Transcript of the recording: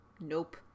Nope